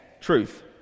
truth